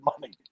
money